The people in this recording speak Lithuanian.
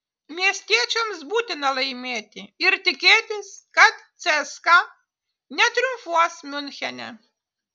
miestiečiams būtina laimėti ir tikėtis kad cska netriumfuos miunchene